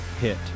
hit